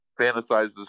fantasizes